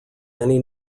many